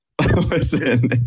Listen